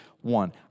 one